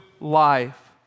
life